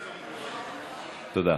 תודה.